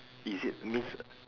is it means